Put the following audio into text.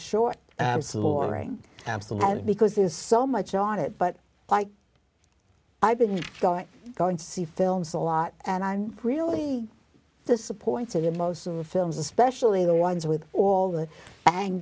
loring absolutely because there's so much on it but like i've been going to see films a lot and i'm really disappointed in most of the films especially the ones with all the bang